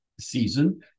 season